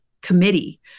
committee